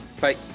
Bye